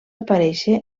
aparèixer